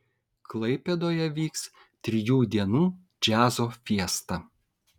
klaipėdoje vyks trijų dienų džiazo fiesta